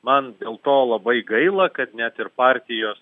man dėl to labai gaila kad net ir partijos